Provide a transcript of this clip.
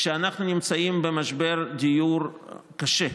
כשאנחנו נמצאים במשבר דיור קשה,